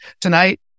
tonight